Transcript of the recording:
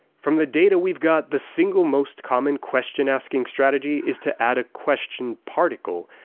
from the data we've got the single most common question-asking strategy is to add a question particle,